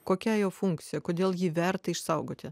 kokia jo funkcija kodėl jį verta išsaugoti